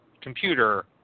computer